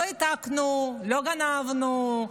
לא העתקנו, לא גנבנו,